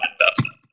investment